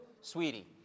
Sweetie